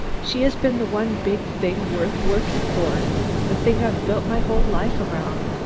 she has been the one big thing worth working for the thing i've built my whole life around.